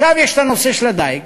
עכשיו יש את הנושא של הדיג.